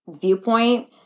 viewpoint